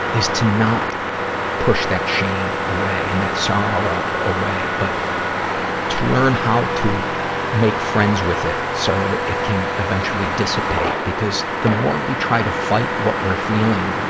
is to not push that shame away and that sorrow away, but to learn how to make friends with it so that it can eventually dissipate. because the more we try to fight what we're feeling,